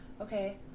Okay